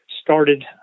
started